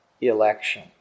election